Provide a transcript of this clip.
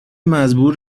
مزبور